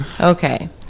Okay